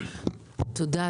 תודה,